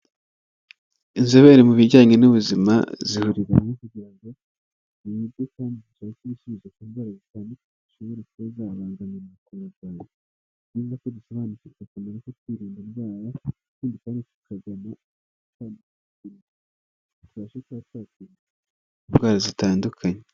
Inzobere mu bijyanye n'ubuzima zihurira hamwe kugira ngo higwe kandi hashakwe ibisubizo ku ndwara zitandukanye zishobora kubazabangamira ubuzima ndetse ari nako dusobanukirwa akamaro ko kwirinda indwara ndetse tukajya tubasha gukumira indwara zitandukanye.